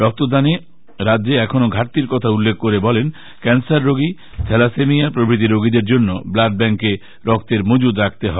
রক্তদানে রাজ্যে এখনও ঘাটতির কথা উল্লেখ করে বলেন ক্যান্সাররোগী থ্যালাসেমিয়া প্রভৃতি রোগীদের জন্য ব্লাড ব্যাঙ্কে রক্তের মজুত রাখতে হয়